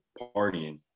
partying